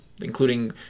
including